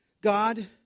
God